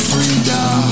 Freedom